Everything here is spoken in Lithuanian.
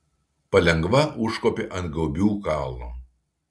palengva užkopė ant gaubių kalno